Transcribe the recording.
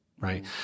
Right